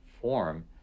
form